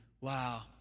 Wow